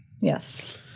Yes